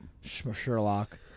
Sherlock